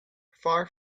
far